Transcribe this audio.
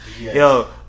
Yo